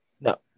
No